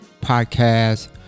Podcast